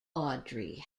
audrey